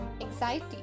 anxiety